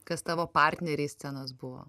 kas tavo partneriai scenos buvo